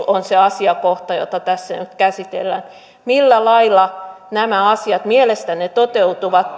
on se asiakohta jota tässä nyt käsitellään millä lailla nämä asiat mielestänne toteutuvat